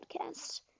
podcast